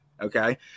Okay